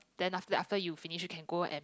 then after after you finish you can go and